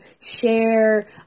share